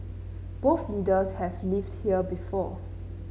both leaders have lived here before